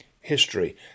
history